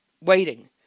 waiting